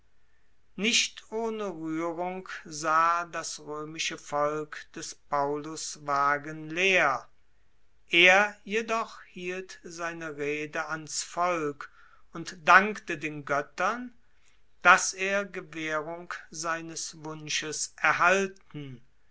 nicht ohne rührung sah das römische volk des paullus wagen leer er jedoch hielt seine rede an's volk und dankte den göttern daß er gewährung seines wunsches erhalten